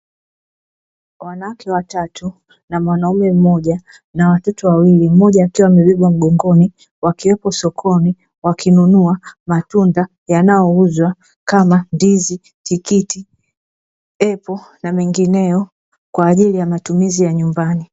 Wanawake watatu, na mwamaume mmoja na watoto wawili mmoja akiwa amebebwa mgongoni wakiwepo sokoni, wakinunua matunda yanayouzwa kama ndizi, tikiti, epo na mengineyo kwa ajili ya matumizi ya nyumbani.